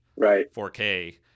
4K